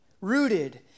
rooted